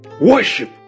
Worship